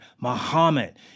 Muhammad